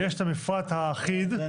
יש את המפרט האחיד.